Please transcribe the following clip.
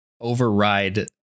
Override